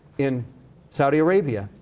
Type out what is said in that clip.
in saudi arabia,